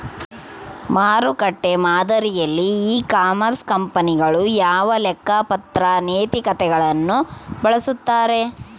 ಮಾರುಕಟ್ಟೆ ಮಾದರಿಯಲ್ಲಿ e commerce ಕಂಪನಿಗಳು ಯಾವ ಲೆಕ್ಕಪತ್ರ ನೇತಿಗಳನ್ನು ಬಳಸುತ್ತಾರೆ?